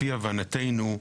לפי הבנתנו,